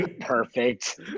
perfect